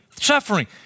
suffering